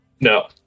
No